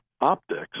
optics